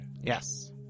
Yes